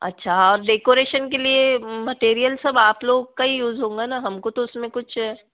अच्छा और डेकोरेशन के लिए मैटेरियल सब आप लोग का ही यूज़ होगा ना हमको तो उसमें कुछ